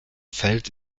feld